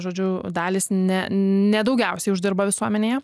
žodžiu dalys ne nedaugiausiai uždirba visuomenėje